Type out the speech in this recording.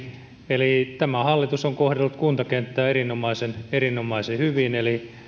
eli tämä hallitus on kohdellut kuntakenttää erinomaisen erinomaisen hyvin eli